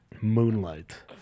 Moonlight